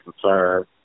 concern